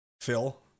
Phil